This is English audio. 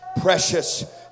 precious